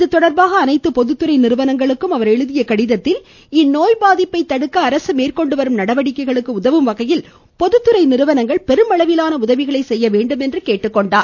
இதுதொடர்பாக அனைத்து பொதுத்தறை நிறுவனங்களுக்கும் அவர் எழுதியுள்ள கடிதத்தில் இந்நோய் பாதிப்பை தடுக்க அரசு மேற்கொண்டு வரும் நடவடிக்கைகளுக்கு உதவும் வகையில் பொதுத்துறை நிறுவனங்கள் பெரும் அளவிலான உதவிகளை செய்ய வேண்டும் என்று கேட்டுக்கொண்டார்